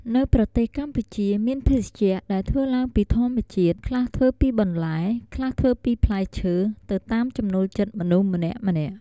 នៅប្រទេសកម្ពុជាមានភេសជ្ជៈ ដែលធ្វើឡើងពីធម្មជាតិ ខ្លះធ្វើពីបន្លែ ខ្លះធ្វើពីផ្លែឈើ ទៅតាមចំណូលចិត្តមនុស្សម្នាក់ៗ។